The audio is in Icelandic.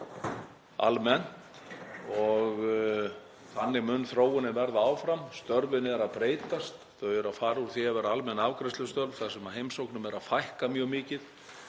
þannig mun þróunin verða áfram. Störfin eru að breytast, þau eru að fara úr því að vera almenn afgreiðslustörf, þar sem heimsóknum er að fækka mjög mikið,